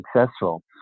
successful